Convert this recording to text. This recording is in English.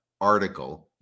article